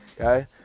okay